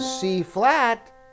C-flat